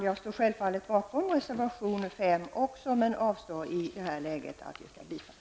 Jag står självfallet bakom reservation 5, men jag avstår i det här läget från att yrka bifall.